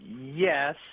Yes